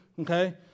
okay